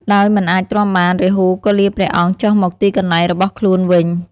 ដោយមិនអាចទ្រាំបាន រាហូក៏លាព្រះអង្គចុះមកទីកន្លែងរបស់ខ្លួនវិញ។